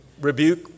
rebuke